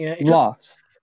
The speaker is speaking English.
lost